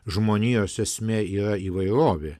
žmonijos esmė yra įvairovė